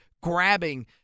grabbing